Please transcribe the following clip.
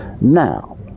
Now